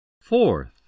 Fourth